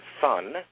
Son